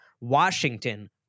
Washington